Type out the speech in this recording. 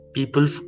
People